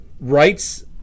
rights